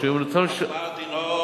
אז מה?